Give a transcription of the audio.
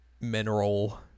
mineral